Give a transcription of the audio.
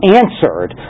answered